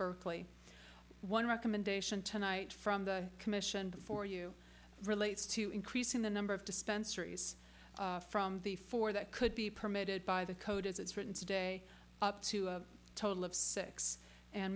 berkeley one recommendation tonight from the commission for you relates to increasing the number of dispensary is from the four that could be permitted by the code as it's written today up to a total of six and